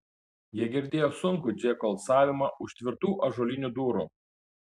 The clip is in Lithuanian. jie girdėjo sunkų džeko alsavimą už tvirtų ąžuolinių durų